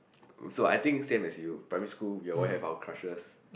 so I think same as you primary school we all have our crushes